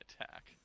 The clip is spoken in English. attack